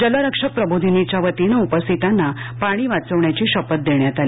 जलरक्षक प्रबोधिनीच्या वतीनं उपस्थिताना पाणी वाचवण्याची शपथ देण्यात आली